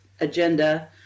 agenda